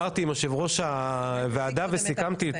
יושב ראש ועדת העבודה והרווחה להעברת הצעת החוק הבאה,